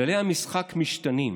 כללי המשחק משתנים.